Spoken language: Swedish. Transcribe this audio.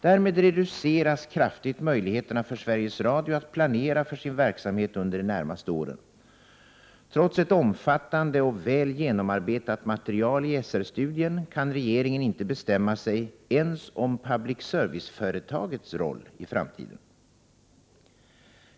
Därmed reduceras kraftigt möjligheterna för Sveriges Radio att planera för sin verksamhet under de närmaste åren. Trots ett omfattande och väl genomarbetat material i SR-studien kan regeringen inte bestämma sig ens om public service-företagets roll i framtiden.